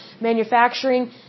manufacturing